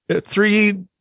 Three